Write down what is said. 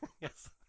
Yes